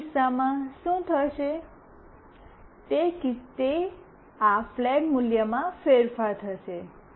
તે કિસ્સામાં શું થશે તે આ ફ્લેગ મૂલ્યમાં ફેરફાર થશે